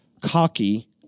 cocky